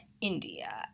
India